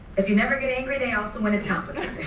if you never get angry, they also win, it's complicated.